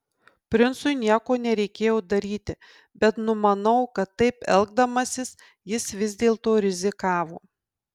princui nieko nereikėjo daryti bet numanau kad taip elgdamasis jis vis dėlto rizikavo